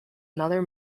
another